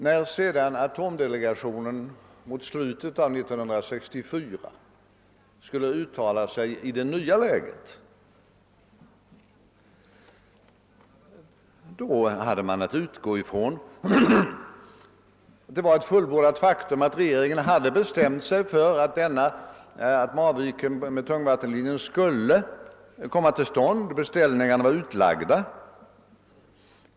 När sedan atomdelegationen mot slutet av år 1964 skulle uttala sig i det nya läget var det ett fullbordat faktum att regeringen hade bestämt sig för att en anläggning enligt tungvattenlinjen skulle komma till stånd i Marviken, och beställningarna var utlagda.